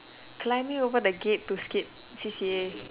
climbing over the gate to skip C_C_A